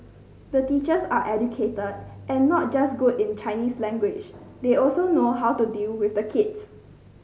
the teachers are educated and not just good in Chinese language they also know how to deal with the kids